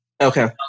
Okay